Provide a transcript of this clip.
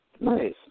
Nice